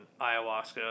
ayahuasca